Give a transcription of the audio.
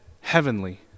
heavenly